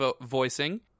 voicing